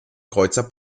kreuzer